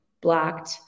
blocked